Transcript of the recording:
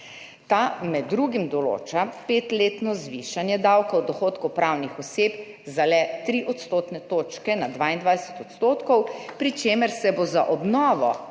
Ta med drugim določa petletno zvišanje davka od dohodkov pravnih oseb za le tri odstotne točke na 22 %, pri čemer se bo za obnovo